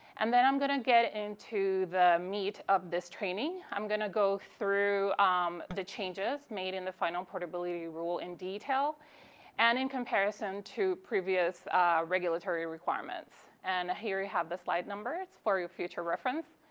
and then i'm going to get into the meat of this training. i'm going to go through um the changes made in the final portability rule in detail and in comparison to previous regulatory requirements. and here i have the slide numbers for your future reference,